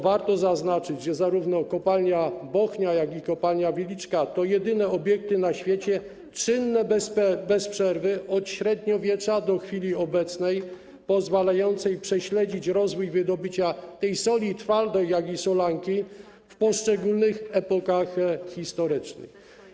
Warto zaznaczyć, że zarówno kopalnia Bochnia, jak i kopalnia Wieliczka to jedyne obiekty na świecie czynne bez przerwy od średniowiecza do chwili obecnej, pozwalające prześledzić rozwój wydobycia soli twardej i solanki w poszczególnych epokach historycznych.